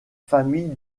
famille